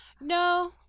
No